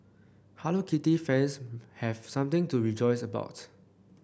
Hello Kitty fans have something to rejoice about